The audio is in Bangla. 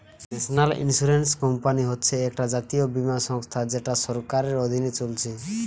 ন্যাশনাল ইন্সুরেন্স কোম্পানি হচ্ছে একটা জাতীয় বীমা সংস্থা যেটা সরকারের অধীনে চলছে